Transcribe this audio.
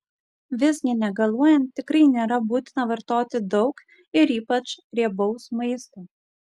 visgi negaluojant tikrai nėra būtina vartoti daug ir ypač riebaus maisto